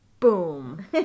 Boom